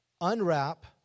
unwrap